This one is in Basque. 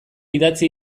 idatzi